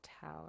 tower